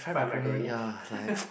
fried macaroni